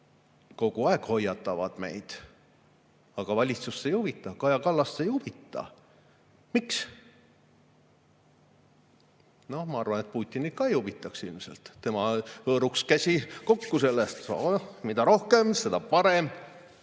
kogu aeg hoiatavad meid. Aga valitsust see ei huvita, Kaja Kallast ei huvita. Miks? Ma arvan, et Putinit ka ei huvitaks ilmselt. Tema hõõruks käsi kokku: mida rohkem, seda parem.